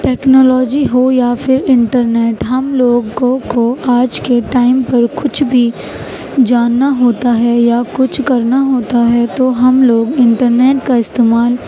technology ہو یا پھر انٹرنیٹ ہم لوگ کوں کو آج کے ٹائم پر کچھ بھی جاننا ہوتا ہے یا کچھ کرنا ہوتا ہے تو ہم لوگ انٹرنیٹ کا استعمال